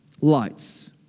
lights